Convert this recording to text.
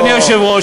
אדוני היושב-ראש,